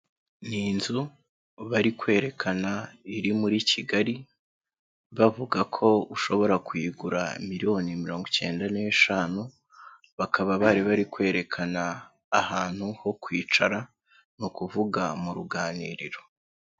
Ni inzu bari kwerekana iri muri Kigali, bavuga ko ushobora kuyigura miliyoni mirongo icyenda n'eshanu, bakaba bari bari kwerekana ahantu ho kwicara ni ukuvuga mu ruganiriro.